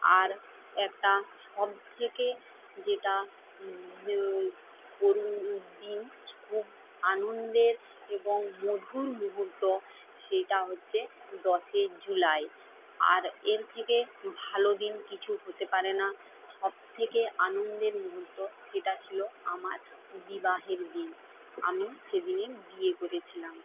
আর একটা সবথেকে যেটা করুণ দিন খুব আনন্দের এবং মধুর মুহূর্ত সেটা হচ্ছে দশই জুলাই আর এর থেকে ভালো দিন কিছু হতে পারে না সবথেকে আনন্দের মুহূর্ত সেটা ছিল আমার বিবাহের দিন আমি সেদিনে বিয়ে করেছিলাম